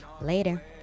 Later